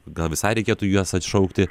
gal visai reikėtų jas atšaukti